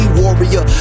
warrior